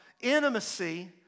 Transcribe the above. intimacy